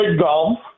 golf